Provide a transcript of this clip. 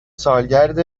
سالگرد